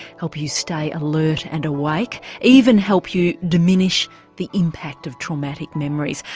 help you stay alert and awake, even help you diminish the impact of traumatic memories?